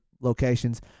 locations